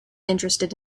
interested